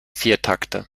viertakter